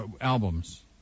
albums